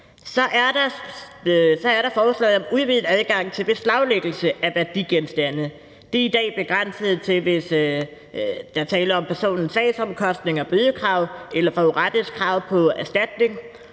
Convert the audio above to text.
Så er der forslaget om udvidet adgang til beslaglæggelse af værdigenstande. Det er i dag begrænset til, hvis der er tale om personens sagsomkostninger og bødekrav eller forurettedes krav på erstatning,